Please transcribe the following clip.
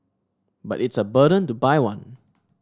but it's a burden to buy one